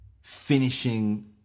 finishing